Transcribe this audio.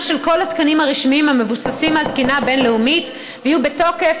של כל התקנים הרשמיים המבוססים על תקינה בין-לאומית שהיו בתוקף